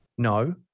No